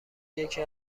یکی